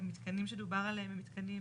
המתקנים שדובר עליהם הם מתקנים